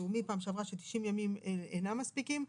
לאומי בפעם שעברה ש-90 ימים אינם מספיקים,